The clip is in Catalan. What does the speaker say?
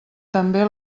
també